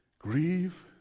Grieve